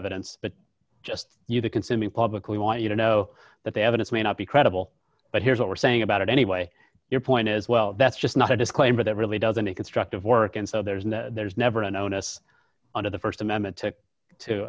evidence but just you the consuming public we want you to know that the evidence may not be credible but here's what we're saying about it anyway your point is well that's just not a disclaimer that really doesn't a constructive work and so there's no there's never an onus under the st amendment to